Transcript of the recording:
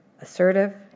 assertive